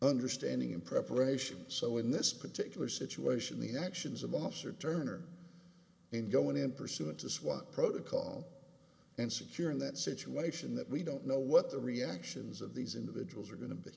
nderstanding and preparation so in this particular situation the actions of officer turner in going in pursuit to swat protocol and securing that situation that we don't know what the reactions of these individuals are going to be